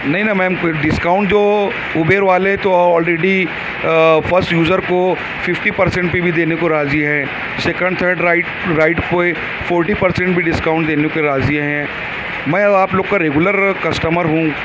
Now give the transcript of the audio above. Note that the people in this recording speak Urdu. نہیں نا میم کوئی ڈسکاؤنٹ جو اوبیر والے تو آلریڈی فرسٹ یوزر کو ففٹی پرسینٹ پہ بھی دینے کو راضی ہیں سیکنڈ تھرڈ رائڈ رائڈ کو فورٹی پرسینٹ بھی ڈسکاؤنٹ دینے پہ راضی ہیں میں اب آپ لوگ کا ریگولر کسٹمر ہوں